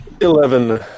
Eleven